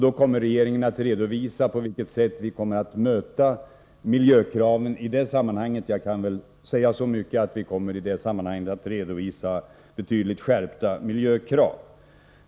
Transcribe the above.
Då kommer regeringen att redovisa på vilket sätt vi kommer att möta miljökraven därvidlag. Jag kan säga så mycket att vi i det sammanhanget kommer att redovisa betydligt skärpta miljökrav.